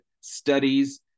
studies